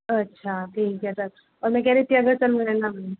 अच्छा ठीक है सर और मैं कह रही थी अगर सर मेरा ना